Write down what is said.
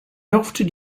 often